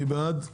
הצבעה אושר.